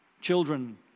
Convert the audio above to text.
Children